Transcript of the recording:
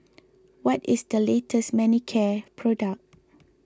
what is the latest Manicare product